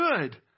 good